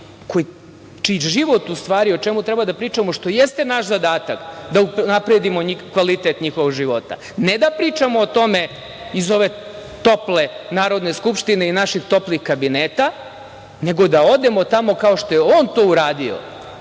čiji život u stvari, o čemu treba da pričamo, što jeste naš zadatak, da unapredimo kvalitet njihovog života. Ne da pričamo o tome iz ove tople Narodne skupštine i naših toplih kabineta, nego da odemo tamo kao što je on to uradio